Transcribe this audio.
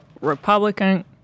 Republican